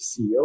CEO